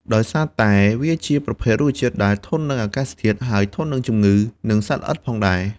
ដោយសារតែវាជាប្រភេទរុក្ខជាតិដែលធន់នឹងអាកាសធាតុ ហើយធន់នឹងជំងឺ និងសត្វល្អិតផងដែរ